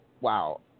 Wow